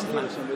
יש לי זמן עכשיו.